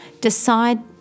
decide